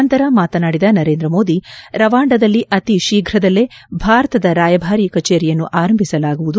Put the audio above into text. ನಂತರ ಮಾತನಾಡಿದ ನರೇಂದ್ರ ಮೋದಿ ರವಾಂಡದಲ್ಲಿ ಅತಿ ಶೀಘ್ರದಲ್ಲೇ ಭಾರತದ ರಾಯಭಾರಿ ಕಚೇರಿಯನ್ನು ಆರಂಭಿಸಲಾಗುವುದು